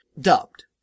dubbed